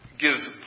gives